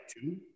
Two